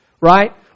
right